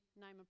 name